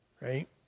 Right